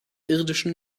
irdischen